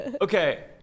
Okay